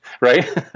right